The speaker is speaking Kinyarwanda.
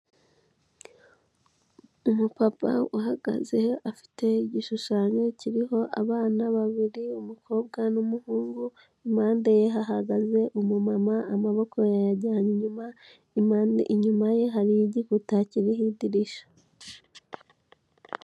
Umupapa uhagaze afite igishushanyo kiriho abana babiri umukobwa n'umuhungu, impande ye hahagaze umumama amaboko yayajyanye inyuma, impande inyuma ye hari igikuta kiriho idirishya.